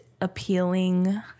appealing